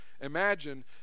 Imagine